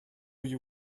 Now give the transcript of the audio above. you